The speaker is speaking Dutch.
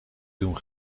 doen